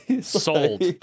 Sold